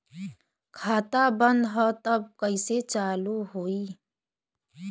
खाता बंद ह तब कईसे चालू होई?